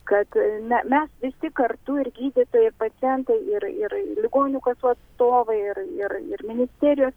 kad ne mes visi kartu ir gydytojai ir pacientai ir ir ligonių kasų atstovai ir ir ir ministerijos